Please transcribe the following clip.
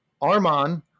Arman